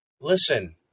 Listen